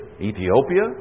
Ethiopia